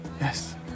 Yes